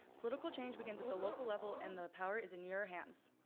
political change begins at the local level and the power is in your hands.